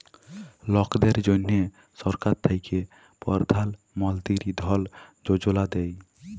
লকদের জ্যনহে সরকার থ্যাকে পরধাল মলতিরি ধল যোজলা দেই